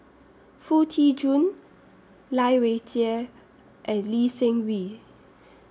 Foo Tee Jun Lai Weijie and Lee Seng Wee